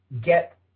get